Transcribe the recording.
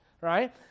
right